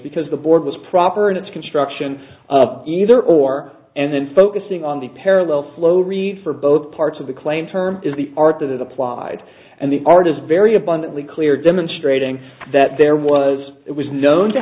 because the board was proper in its construction either or and then focusing on the parallel flow read for both parts of the claimed term is the part that is applied and the art is very abundantly clear demonstrating that there was it was known to